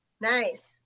Nice